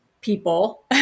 people